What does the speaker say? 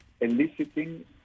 eliciting